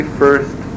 first